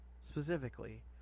specifically